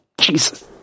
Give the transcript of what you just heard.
jesus